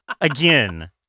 Again